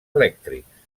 elèctrics